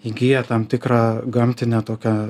įgyja tam tikrą gamtinę tokią